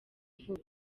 vuba